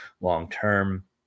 long-term